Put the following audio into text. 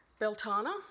Beltana